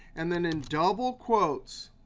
and then in double quotes,